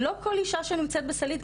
לא כל אישה שנמצאת בסלעית,